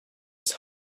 his